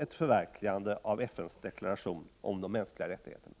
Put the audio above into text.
ett förverkligande av FN:s deklaration om de mänskliga rättigheterna.